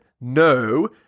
No